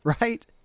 Right